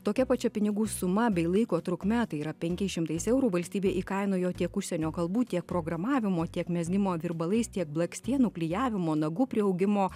tokia pačia pinigų suma bei laiko trukme tai yra penkiais šimtais eurų valstybė įkainojo tiek užsienio kalbų tiek programavimo tiek mezgimo virbalais tiek blakstienų klijavimo nagų priaugimo